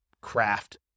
craft